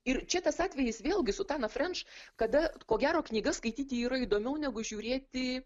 ir čia tas atvejis vėlgi su tana freč kada ko gero knygas skaityti yra įdomiau negu žiūrėti